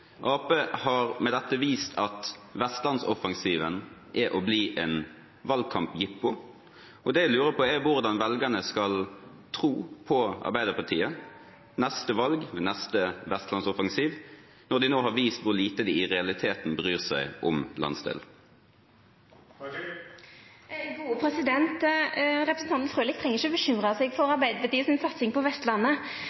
Arbeiderpartiet har med dette vist at Vestlands-offensiven er og blir en valgkampjippo. Det jeg lurer på, er hvordan velgerne skal tro på Arbeiderpartiet ved neste valg, ved neste Vestlands-offensiv, når de nå har vist hvor lite de i realiteten bryr seg om landsdelen. Representanten Frølich treng ikkje bekymra seg for